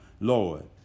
Lord